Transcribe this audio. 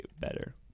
better